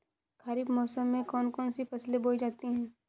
खरीफ मौसम में कौन कौन सी फसलें बोई जाती हैं?